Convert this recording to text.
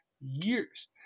years